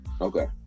Okay